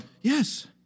yes